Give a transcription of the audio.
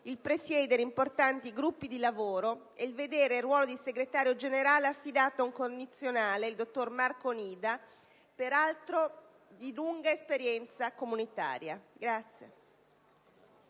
di presiedere importanti gruppi di lavoro e di vedere il ruolo di segretario generale affidato a un connazionale, il dottor Marco Onida, peraltro di lunga esperienza comunitaria.